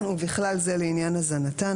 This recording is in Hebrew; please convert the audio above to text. ובכלל זה לעניין הזנתן,